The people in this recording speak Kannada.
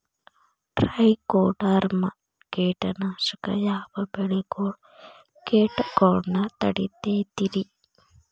ಟ್ರೈಕೊಡರ್ಮ ಕೇಟನಾಶಕ ಯಾವ ಬೆಳಿಗೊಳ ಕೇಟಗೊಳ್ನ ತಡಿತೇತಿರಿ?